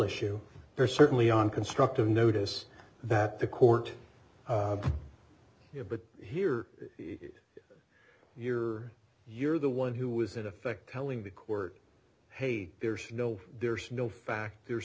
issue there certainly on constructive notice that the court but here you are you're the one who was in effect telling the court hey there's no there's no fact there's